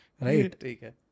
Right